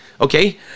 Okay